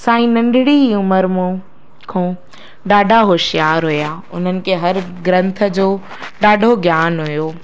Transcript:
साईं नंढिड़ी उमिरि खां ॾाढा होशियारु हुया उन्हनि खे हर ग्रंथ जो ॾाढो ज्ञान हुयो